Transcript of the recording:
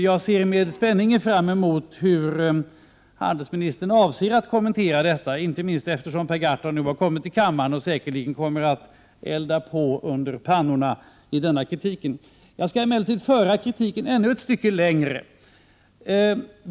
Jag ser med spänning fram emot hur handelsministern avser att kommentera detta, inte minst eftersom Per Gahrton nu har kommit till kammaren och säkerligen kommer att elda på under pannorna i denna kritik. Jag skall emellertid föra kritiken ännu ett stycke längre.